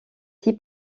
six